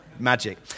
magic